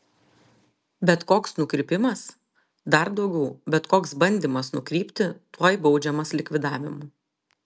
bet koks nukrypimas dar daugiau bet koks bandymas nukrypti tuoj baudžiamas likvidavimu